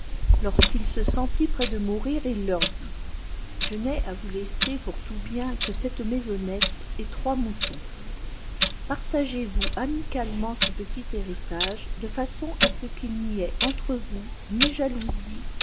lorsqu'il se sentit près de mourir il leur dit je n'ai à vous laisser pour tout bien que celle maisonnetteet trois moutons partagez-vous amicalement ce petit héritage de façon à ce qu'il n'y ait entre vous ni jalousie